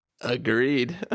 Agreed